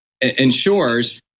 ensures